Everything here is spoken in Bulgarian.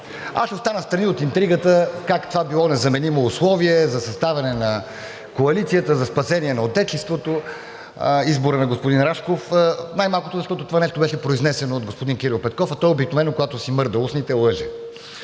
Аз ще остана встрани от интригата как това било незаменимо условие за съставяне на коалицията, за спасение на Отечеството – изборът на господин Рашков, най-малкото защото това нещо беше произнесено от господин Кирил Петков, а той обикновено, когато си мърда устните, лъже.